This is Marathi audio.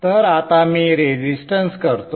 तर आता मी रेझिस्टन्स करतो